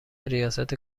ریاست